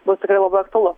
bus tikrai labai aktualu